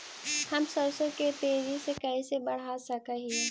हम सरसों के तेजी से कैसे बढ़ा सक हिय?